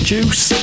Juice